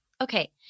Okay